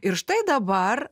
ir štai dabar